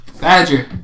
Badger